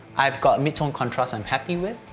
i've got midtone contrast i'm happy with.